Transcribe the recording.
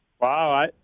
Wow